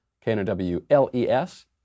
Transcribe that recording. K-N-O-W-L-E-S